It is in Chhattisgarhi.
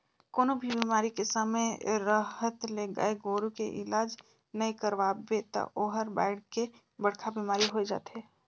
कोनों भी बेमारी के समे रहत ले गाय गोरु के इलाज नइ करवाबे त ओहर बायढ़ के बड़खा बेमारी होय जाथे